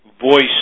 voice